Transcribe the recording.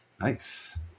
Nice